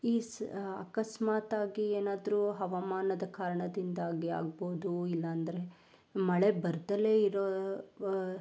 ಈ ಸ ಅಕಸ್ಮಾತ್ ಆಗಿ ಏನಾದರೂ ಹವಾಮಾನದ ಕಾರಣದಿಂದಾಗಿ ಆಗಬಹುದು ಇಲ್ಲ ಅಂದರೆ ಮಳೆ ಬರದೆಲೇ ಇರುವ